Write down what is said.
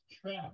trap